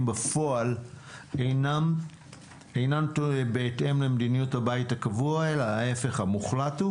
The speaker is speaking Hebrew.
בפועל אינה בהתאם למדיניות הבית הקבוע אלא ההפך המוחלט הוא